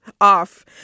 off